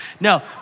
No